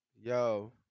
Yo